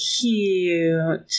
cute